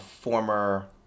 former